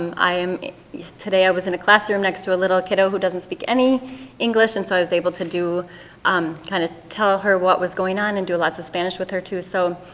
um um today i was in a classroom next to a little kiddo who doesn't speak any english and so i was able to do um kind of tell her what was going on and do lots of spanish with her too. so,